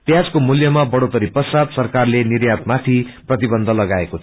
प्याजको मूल्यमा बढ़ोत्तरी पश्चात सरकारले निर्यातमाथि प्रतिबन्ध लगाएको थियो